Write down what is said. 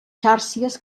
xàrcies